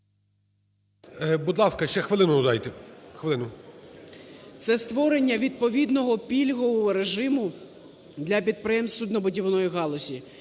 створення відповідного пільгового режиму для підприємств суднобудівної галузі.